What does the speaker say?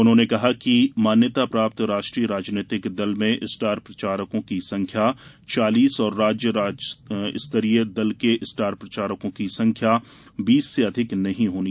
उन्होंने कहा कि मान्यता प्राप्त राष्ट्रीय राजनैतिक दल में स्टार प्रचारकों की संख्या चालीस और राज्य स्तरीय दल के स्टार प्रचारकों की संख्या बीस से अधिक नहीं होगी